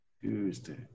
Tuesday